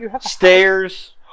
stairs